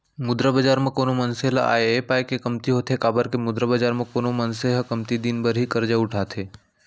मुद्रा बजार म कोनो मनसे ल आय ऐ पाय के कमती होथे काबर के मुद्रा बजार म कोनो मनसे ह कमती दिन बर ही करजा उठाथे